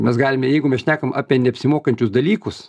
mes galime jeigu mes šnekam apie neapsimokančius dalykus